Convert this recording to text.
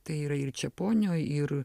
tai yra ir čeponio ir